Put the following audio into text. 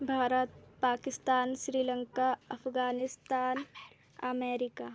Bharat Pakistan Sri Lanka Afghanistan America